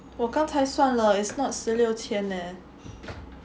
我刚才算了 is not 十六千 leh